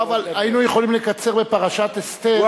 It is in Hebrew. אבל היינו יכולים לקצר בפרשת אסתר,